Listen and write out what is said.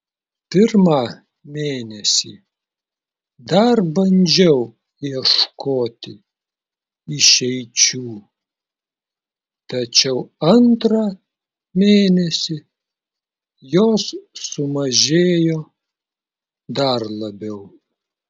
pirmą mėnesį dar bandžiau ieškoti išeičių tačiau antrą mėnesį jos sumažėjo dar labiau